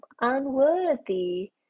unworthy